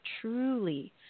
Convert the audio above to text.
truly